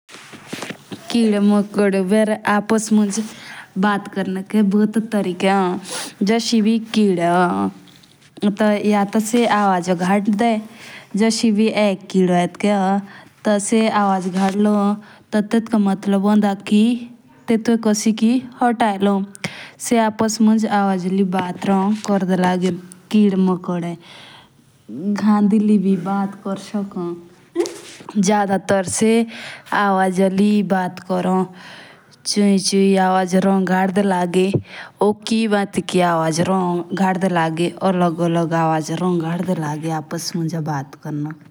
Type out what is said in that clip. किदे मकुदे बेर बट कोरनो के भुते तारिके मान। अभी-अभी किदे होन या तो से अवजो गड्डे, अभी-अभी एक बच्चा वगैरह होन। तो से आवाज घडलो टेटका मतलब होंडा की टेटुवे कोसिखी अतायेलो। से आप मुंज अवाज लेई बैट रोहन कोर्डे लागी किडे मकोडे। गद्दी लेई भी बात कोर सोकोन।